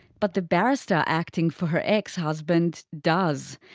but the barrister acting for her ex husband does.